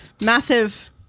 massive